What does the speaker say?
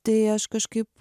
tai aš kažkaip